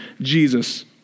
Jesus